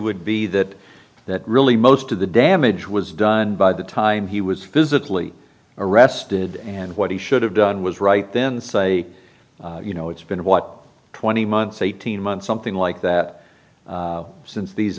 would be that that really most of the damage was done by the time he was physically arrested and what he should have done was right then say you know it's been what twenty months eighteen months something like that since these